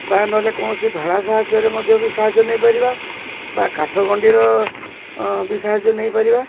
ବା ନହେଲେ କୌଣସି ଭାଳା ସାହାଯ୍ୟରେ ମଧ୍ୟ ବି ସାହାଯ୍ୟ ନେଇପାରିବା ବା କାଠଗଣ୍ଡିର ବି ସାହାଯ୍ୟ ନେଇପାରିବା